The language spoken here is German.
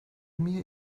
mir